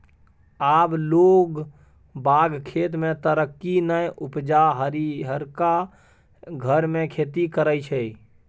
आब लोग बाग खेत मे तरकारी नै उपजा हरियरका घर मे खेती करय छै